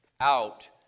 out